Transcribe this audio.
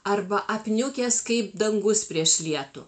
arba apniukęs kaip dangus prieš lietų